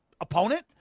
opponent